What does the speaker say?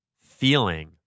feeling